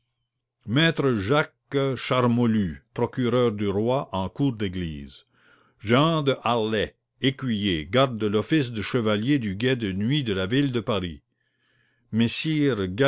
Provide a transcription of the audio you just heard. maître jacques charmolue procureur du roi en cour d'église jehan de harlay écuyer garde de l'office de chevalier du guet de nuit de la ville de paris